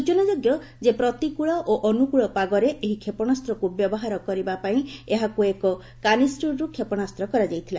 ସୂଚନା ଯୋଗ୍ୟ ଯେ ପ୍ରତିକୂଳ ଓ ଅନୁକୂଳ ପାଗରେ ଏହି କ୍ଷେପଶାସ୍ତ୍ରକୁ ବ୍ୟବହାର କରିବା ପାଇଁ ଏହାକୁ ଏକ କାନିଷ୍ଟର୍ରୁ ଉତ୍କ୍ଷେପଣ କରାଯାଇଥିଲା